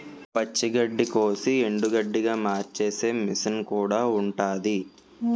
పచ్చి గడ్డికోసి ఎండుగడ్డిగా మార్చేసే మిసన్ కూడా ఉంటాది